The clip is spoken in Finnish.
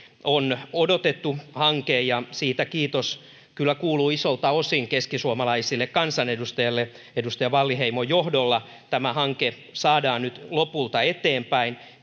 on odotettu hanke siitä kiitos kyllä kuuluu isolta osin keskisuomalaisille kansanedustajille edustaja wallinheimon johdolla tämä hanke saadaan nyt lopulta eteenpäin